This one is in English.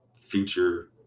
future